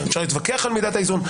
אפשר להתווכח על מידת האיזון,